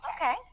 Okay